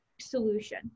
solution